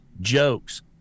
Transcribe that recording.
jokes